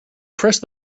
pressed